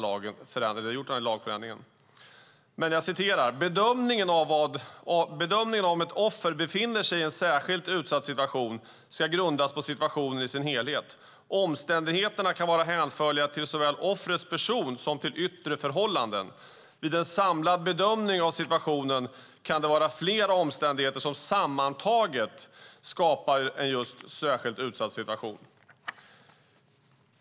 Av propositionen framgår att bedömningen av om ett offer befinner sig i en särskilt utsatt situation ska grundas på situationen i sin helhet. Omständigheterna kan vara hänförliga till såväl offrets person som till yttre förhållanden. Vid en samlad bedömning av situationen kan det vara flera omständigheter som sammantaget skapar just en särskilt utsatt situation.